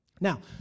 Now